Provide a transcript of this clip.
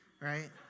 right